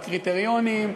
בקריטריונים,